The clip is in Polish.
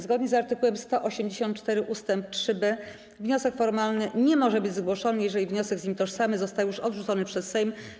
Zgodnie z art. 184 ust. 3b wniosek formalny nie może być zgłoszony, jeżeli wniosek z nim tożsamy został już odrzucony przez Sejm.